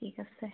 ঠিক আছে